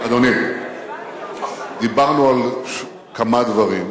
אדוני, דיברנו על כמה דברים,